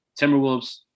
Timberwolves